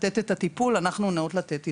לתת את הטיפול, אנחנו נאות לתת התחייבות.